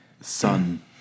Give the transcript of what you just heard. Son